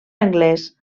anglès